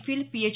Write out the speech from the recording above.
feel pH